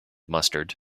mustard